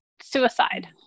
suicide